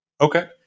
Okay